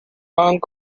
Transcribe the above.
hong